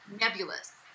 nebulous